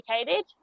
educated